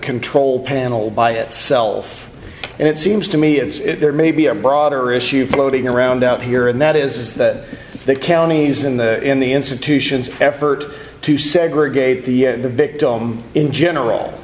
control panel by itself and it seems to me it's there may be a broader issue floating around out here and that is that that counties in the in the institutions effort to segregate the victim in general